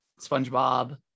SpongeBob